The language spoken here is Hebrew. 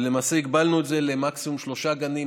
למעשה הגבלנו את זה למקסימום שלושה גנים,